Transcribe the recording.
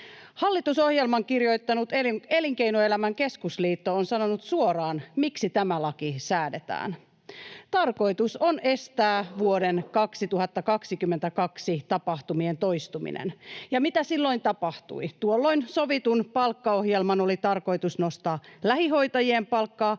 Hallitusohjelman kirjoittanut Elinkeinoelämän keskusliitto on sanonut suoraan, miksi tämä laki säädetään. Tarkoitus on estää vuoden 2022 tapahtumien toistuminen. Ja mitä silloin tapahtui? Tuolloin sovitun palkkaohjelman oli tarkoitus nostaa lähihoitajien palkkaa